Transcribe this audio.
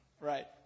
Right